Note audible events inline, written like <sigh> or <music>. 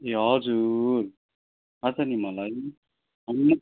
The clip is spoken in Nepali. ए हजुर थाहा छ नि मलाई <unintelligible>